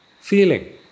feeling